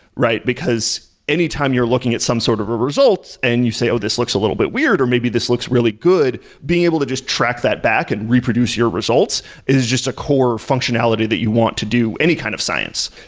right? because anytime you're looking at some sort of results and you say, oh, this looks a little bit weird, or maybe this looks really good, being able to just track that back and reproduce your results is just a core functionality that you want to do any kind of science.